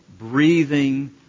breathing